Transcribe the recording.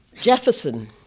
Jefferson